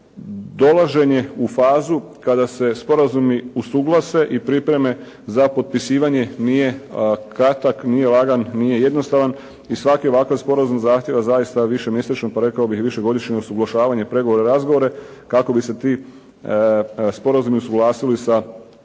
da dolaženje u fazu kada se sporazumi usuglase i pripreme za potpisivanje nije kratak, nije lagan, nije jednostavan i svaki ovakav sporazum zahtjeva zaista višemjesečno, pa rekao bih višegodišnje usuglašavanje pregovora i razgovora kako bi se ti sporazumi usuglasili sa pravnim